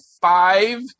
five